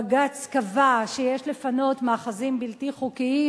בג"ץ קבע שיש לפנות מאחזים בלתי חוקיים.